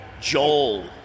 Joel